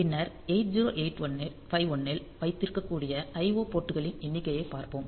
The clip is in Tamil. பின்னர் 8051 ல் வைத்திருக்கக்கூடிய IO போர்ட்டுகளின் எண்ணிக்கையைப் பார்ப்போம்